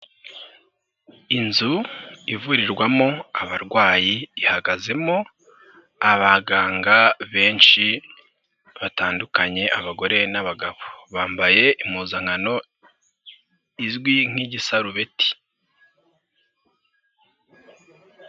Inzu ivurirwamo abarwayi, ihagazemo abaganga benshi batandukanye, abagore n'abagabo, bambaye impuzankano izwi nk'igisarubeti.